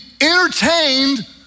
entertained